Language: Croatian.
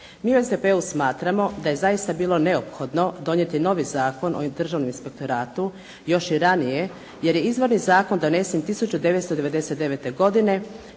Mi u SDP-u smatramo da je zaista bilo neophodno donijeti novi Zakon o Državnom inspektoratu još i ranije, jer je izvorni zakon donesen 1999. godine